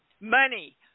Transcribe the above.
Money